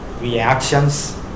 reactions